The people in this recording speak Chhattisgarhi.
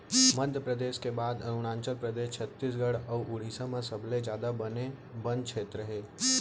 मध्यपरेदस के बाद अरूनाचल परदेस, छत्तीसगढ़ अउ उड़ीसा म सबले जादा बन छेत्र हे